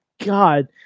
God